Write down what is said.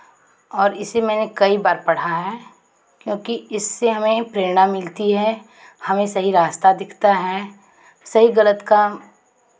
और इसे मैंने कई बार पढ़ा है क्योंकि इससे हमें प्रेरणा मिलती है हमें सही रास्ता दिखता है सही गलत का